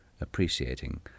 appreciating